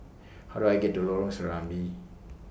How Do I get to Lorong Serambi